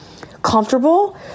comfortable